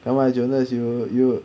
nevermind jonas you you